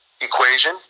equation